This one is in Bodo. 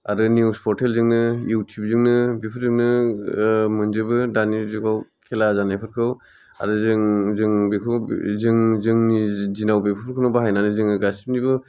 आरो निउस परटेल जोंनो इउटुब जोंनो बेफोरजोंनो ओ मोनजोबो दानि जुगाव खेला जानायफोरखौ आरो जों जों बेखौ जों जोंनि जि दिनाव बेफोरखौनो बाहायनायनानै जोङो गासिबनिबो